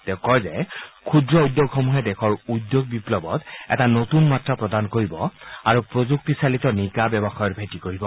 তেওঁ কয় যে ক্ষুদ্ৰ উদ্যোগসমূহে দেশৰ উদ্যোগ বিপ্লৱত এটা নতুন মাত্ৰা প্ৰদান কৰিব আৰু প্ৰযুক্তিচালিত নিকা ব্যৱসায়ৰ ভেটি গঢ়িব